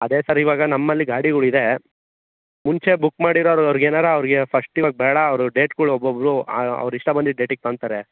ಅದೇ ಸರ್ ಇವಾಗ ನಮ್ಮಲ್ಲಿ ಗಾಡಿಗುಳು ಇದೆ ಮುಂಚೆ ಬುಕ್ ಮಾಡಿರೋ ಅವರಿಗೇನಾರು ಅವ್ರಿಗೆ ಫಸ್ಟ್ ಇವಾಗ ಬೇಡ ಅವರು ಡೇಟ್ಗಳು ಒಬ್ಬೊಬ್ರು ಅವ್ರು ಇಷ್ಟ ಬಂದಿದ್ದು ಡೇಟಿಗೆ ಇಟ್ಕೊತಾರೆ